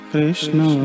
Krishna